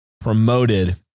promoted